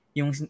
yung